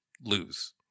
lose